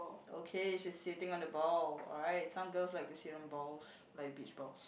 okay she's sitting on the ball alright some girls like to sit in balls like beach balls